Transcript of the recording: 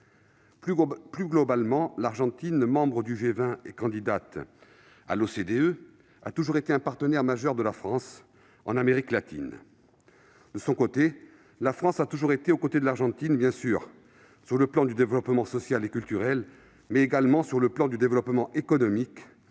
Plus globalement, l'Argentine, membre du G20 et candidate à l'OCDE, a toujours été un partenaire majeur de la France en Amérique latine. La France, quant à elle, a toujours été aux côtés de l'Argentine, en matière tant de développement social et culturel que de développement économique